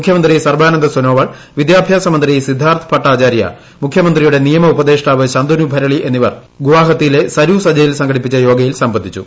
മുഖ്യമന്ത്രി സർബ്യാനന്ദ് സോനോവാൾ വിദ്യാഭ്യാസമന്ത്രി സിദ്ധാർത്ഥ് ഭട്ടാചാര്യ മുഖ്യമന്ത്രിയുടെ നിയമ ഉപദേഷ്ടാവ് ശന്തനു ഭർട്ടിക്എന്നിവർ ഗുവാഹത്തിലെ സരു സജയിൽ സംഘടിപ്പിച്ചു യോഗയിൽ സംബന്ധിച്ചു